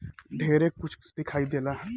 ढेरे कुछ दिखाई देला